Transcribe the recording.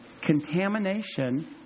Contamination